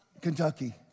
Kentucky